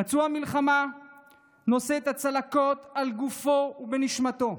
פצוע מלחמה נושא את הצלקות על גופו ובנשמתו,